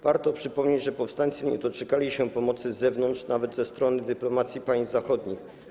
Warto przypomnieć, że powstańcy nie doczekali się pomocy z zewnątrz, nawet ze strony dyplomacji państw zachodnich.